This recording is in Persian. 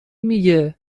میگه